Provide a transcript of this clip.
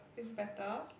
it's better